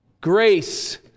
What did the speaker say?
Grace